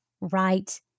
right